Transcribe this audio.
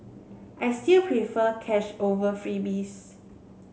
I still prefer cash over freebies